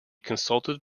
consulted